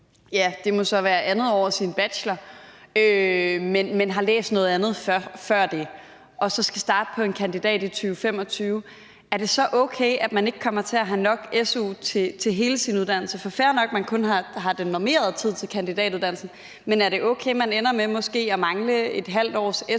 hvad der så må være andet år af sin bachelor, men har læst noget andet før det, og så skal starte på en kandidatuddannelse i 2025, er det så okay, at man ikke kommer til at have nok su til hele sin uddannelse? Det er fair nok, at man kun har den normerede tid til kandidatuddannelsen, men er det okay, at man ender med måske at mangle et halvt års su